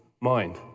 mind